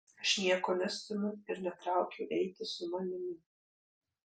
aš nieko nestumiu ir netraukiu eiti su manimi